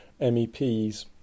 MEPs